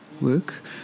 work